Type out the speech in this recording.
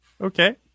Okay